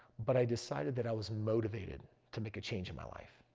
but i decided that i was motivated to make a change in my life.